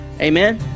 Amen